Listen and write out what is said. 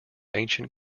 ancient